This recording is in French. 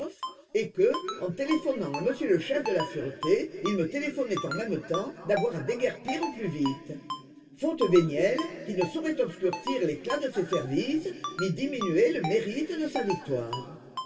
et que en téléphonant à m le chef de la sûreté il me téléphonait en même temps d'avoir à déguerpir au plus vite faute vénielle qui ne saurait obscurcir l'éclat de ses services ni diminuer le mérite de sa victoire